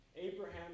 Abraham